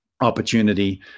opportunity